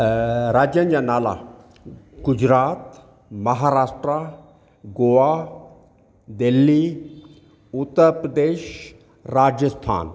राज्यनि जा नाला गुजरात महाराष्ट्र गोआ दिल्ली उत्तर प्रदेश राजस्थान